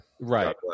Right